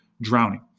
drowning